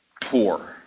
poor